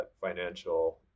financial